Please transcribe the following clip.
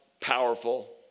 powerful